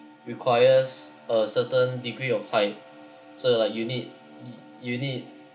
requires a certain degree of height so like you need you need